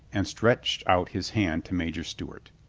and stretched out his hand to major stewart.